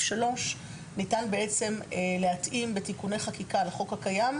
3 ניתן להתאים בתיקוני חקיקה לחוק הקיים,